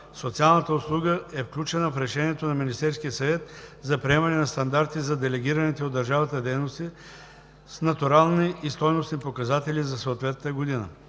социалната услуга е включена в решението на Министерския съвет за приемане на стандарти за делегираните от държавата дейности с натурални и стойностни показатели за съответната година;